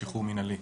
לשחרור מינהלי.